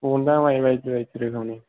माइ बाइदि बाइदि रोखोमनि